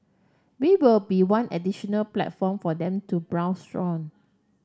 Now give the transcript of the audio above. we will be one additional platform for them to browse on